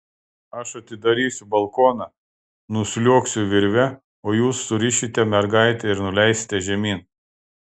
aš atidarysiu balkoną nusliuogsiu virve o jūs surišite mergaitę ir nuleisite žemyn